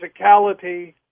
physicality